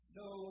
no